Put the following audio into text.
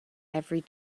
every